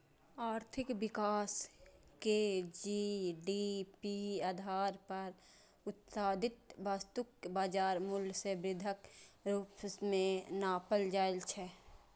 आर्थिक विकास कें जी.डी.पी आधार पर उत्पादित वस्तुक बाजार मूल्य मे वृद्धिक रूप मे नापल जाइ छै